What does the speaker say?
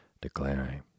declaring